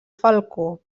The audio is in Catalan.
falcó